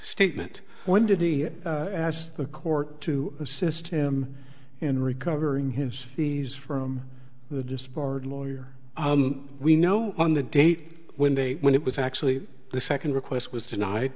statement when did he ask the court to assist him in recovering his fees from the disbarred lawyer we know on the date when they when it was actually the second request was